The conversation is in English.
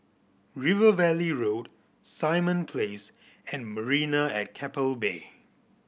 River Valley Road Simon Place and Marina at Keppel Bay